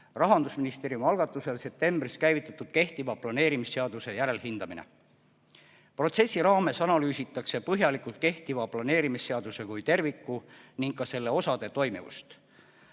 Rahandusministeeriumi algatusel septembris käivitatud kehtiva planeerimisseaduse järelhindamine. Protsessi raames analüüsitakse põhjalikult kehtiva planeerimisseaduse kui terviku ning ka selle osade toimivust.